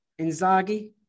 Inzaghi